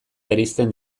bereizten